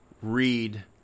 read